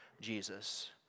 Jesus